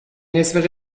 نصف